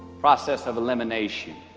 process of elimination